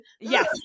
yes